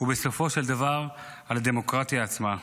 ובסופו של דבר על הדמוקרטיה עצמה.